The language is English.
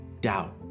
doubt